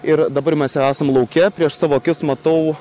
ir dabar mes jau esam lauke prieš savo akis matau